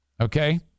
Okay